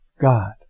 God